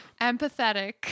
empathetic